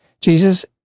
Jesus